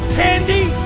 candy